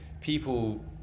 people